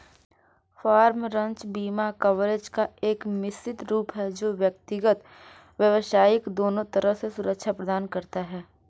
farm, ranch बीमा coverage का एक मिश्रित रूप है जो व्यक्तिगत, व्यावसायिक दोनों तरह से सुरक्षा प्रदान करता है